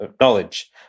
knowledge